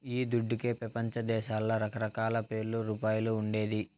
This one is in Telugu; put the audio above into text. ఈ దుడ్డుకే పెపంచదేశాల్ల రకరకాల పేర్లు, రూపాలు ఉండేది